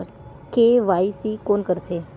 KYC कोन करथे?